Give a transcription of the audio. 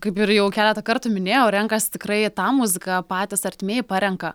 kaip ir jau keletą kartų minėjau renkasi tikrai tą muziką patys artimieji parenka